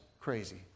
crazy